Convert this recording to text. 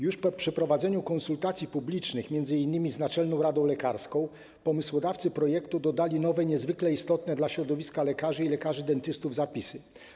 Już po przeprowadzeniu konsultacji publicznych m.in. z Naczelną Radą Lekarską pomysłodawcy projektu dodali nowe, niezwykle istotne dla środowiska lekarzy i lekarzy dentystów zapisy.